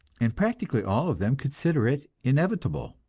and practically all of them consider it inevitable,